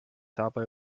dabei